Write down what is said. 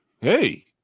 Hey